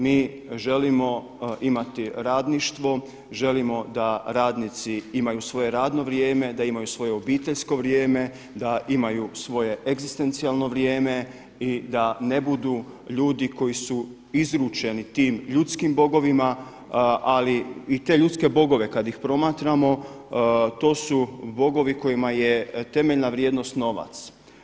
Mi želimo imati radništvo, želimo da radnici imaju svoje radno vrijeme, da imaju svoje obiteljsko vrijeme, da imaju svoje egzistencijalno vrijeme i da ne budu ljudi koji su izručeni tim ljudskim bogovima, ali i te ljudske bogove kada ih promatramo to su bogovi kojima je temeljna vrijednost novac.